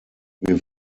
wir